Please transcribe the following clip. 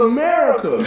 America